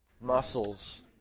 Muscles